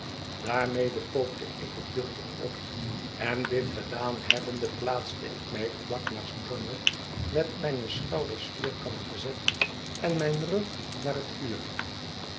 daarmede pookte ik het duchtig op en dit gedaan hebbende plaatste ik mij vlak naast drummle met mijne schouders vierkant gezet en mijn rug naar het vuur